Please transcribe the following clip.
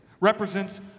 represents